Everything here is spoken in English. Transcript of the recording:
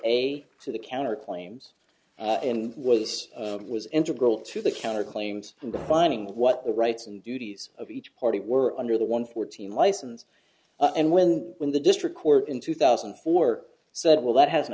a to the counter claims and was was integral to the counter claims and defining what the rights and duties of each party were under the one fourteen license and when when the district court in two thousand and four said well that has